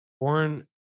Born